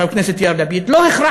חבר הכנסת יאיר לפיד,